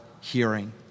hearing